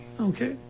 Okay